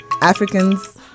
Africans